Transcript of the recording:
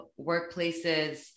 workplaces